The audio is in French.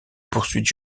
poursuites